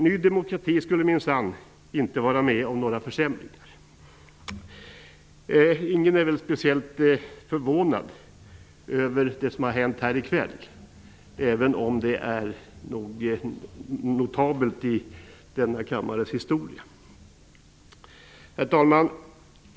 Ny demokrati skulle minsann inte vara med om några försämringar. Ingen är väl speciellt förvånad över det som har hänt här i kväll, även om det är notabelt i denna kammares historia. Herr talman!